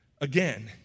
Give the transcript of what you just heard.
again